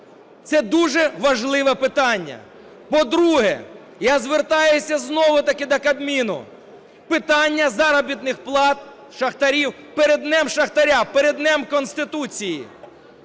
Це дуже важливе питання. По-друге. Я звертаюся знову-таки до Кабміну. Питання заробітних плат шахтарів перед Днем шахтаря, перед Днем Конституції.